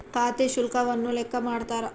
ಖಾತೆ ಶುಲ್ಕವನ್ನು ಲೆಕ್ಕ ಮಾಡ್ತಾರ